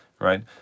right